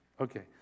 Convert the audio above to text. Okay